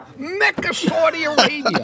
Mecca-Saudi-Arabia